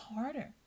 harder